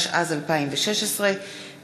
התשע"ז 2016,